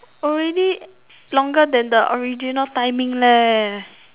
already longer than the original timing leh